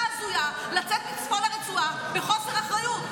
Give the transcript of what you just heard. ההזויה לצאת מצפון הרצועה בחוסר אחריות.